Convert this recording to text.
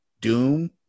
doom